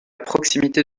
proximité